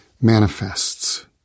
manifests